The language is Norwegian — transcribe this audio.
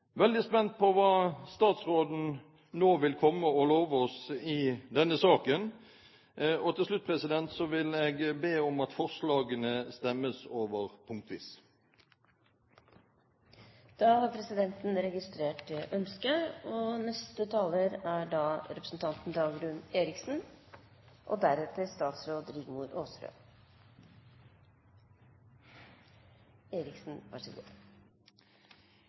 veldig spent på hva statsråden nå vil komme og love oss i denne saken. Til slutt vil jeg be om at forslagene stemmes over punktvis. Da har presidenten registrert det ønsket. Det er